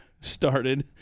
started